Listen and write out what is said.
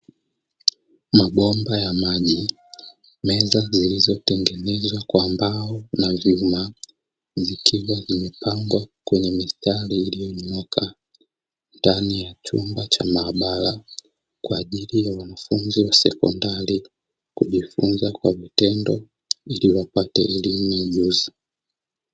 Mabomba ya maji, meza zilizotengenezwa kwa mbao na zikiwa zimepangwa kwenye mistari iliyonyooka ndani ya chumba cha maabara, kwa ajili ya wanafunzi wa sekondari kujifunza kwa vitendo, ili wapate elimu na ujuzi.